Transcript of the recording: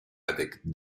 avec